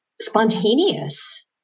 spontaneous